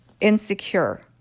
insecure